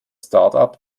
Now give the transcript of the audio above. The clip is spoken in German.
startup